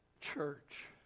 church